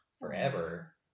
forever